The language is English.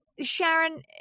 Sharon